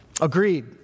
Agreed